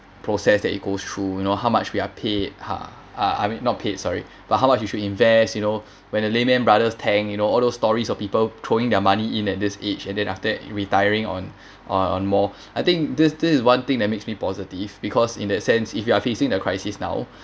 process that you go through you know how much we're paid ha uh I'm not paid sorry but how much you should invest you know when the lehman brothers tank you know all those stories of people throwing their money in at this age and then after that retiring on uh on more I think this this is one thing that makes me positive because in that sense if you are facing the crisis now